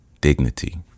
dignity